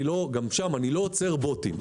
גם שם, אני לא עוצר בוטים.